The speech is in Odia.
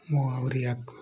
ମୋ ଆହୁରି ଆଗକୁ